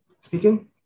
speaking